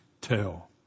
tell